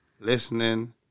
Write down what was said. listening